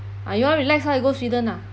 ah you want to relax how you go sweden ah